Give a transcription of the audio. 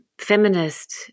feminist